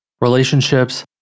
Relationships